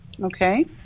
Okay